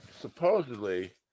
supposedly